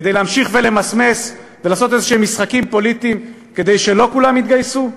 כדי להמשיך ולמסמס ולעשות משחקים פוליטיים כלשהם כדי שלא כולם יתגייסו?